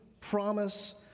promise